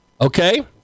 Okay